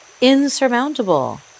insurmountable